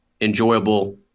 enjoyable